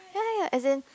ya as in